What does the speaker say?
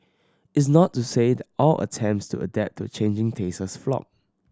it's not to say the all attempts to adapt to changing tastes flopped